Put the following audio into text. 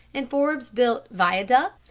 and forbes built viaducts,